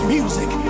music